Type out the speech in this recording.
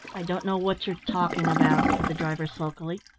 i don't know what you're talking about, said the driver sulkily.